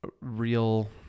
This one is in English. real